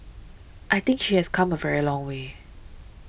I think she has come a very long way